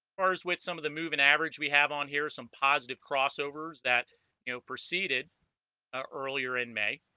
ours with some of the moving average we have on here some positive crossovers that you know proceeded ah earlier in may